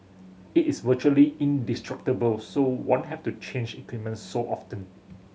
it is virtually indestructible so won't have to change equipment so often